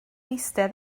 eistedd